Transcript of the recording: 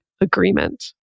agreement